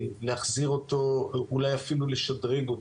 להחזיר אותו, אולי אפילו לשדרג אותו.